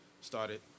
started